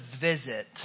visit